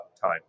time